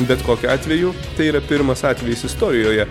bet kokiu atveju tai yra pirmas atvejis istorijoje